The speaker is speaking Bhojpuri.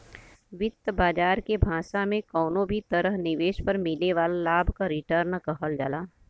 वित्त बाजार के भाषा में कउनो भी तरह निवेश पर मिले वाला लाभ क रीटर्न कहल जाला